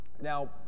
now